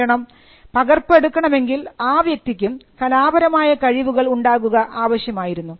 കാരണം പകർപ്പ് എടുക്കണമെങ്കിൽ ആ വ്യക്തിക്കും കലാപരമായ കഴിവുകൾ ഉണ്ടാകുക ആവശ്യമായിരുന്നു